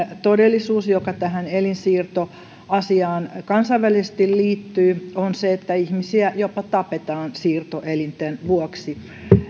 todellisuus joka tähän elinsiirtoasiaan kansainvälisesti liittyy on se että ihmisiä jopa tapetaan siirtoelinten vuoksi